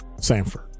Sanford